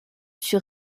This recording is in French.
sur